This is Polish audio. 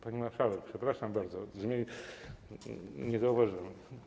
Pani marszałek, przepraszam bardzo, nie zauważyłem.